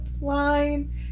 Line